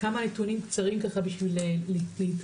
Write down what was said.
כמה נתונים קצרים ככה בשביל להיתפס.